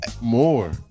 More